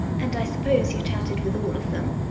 and i suppose you chatted with all of them?